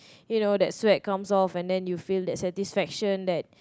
you know that sweat come off then you feel that satisfactions that